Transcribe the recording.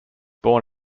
born